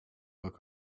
look